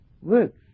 works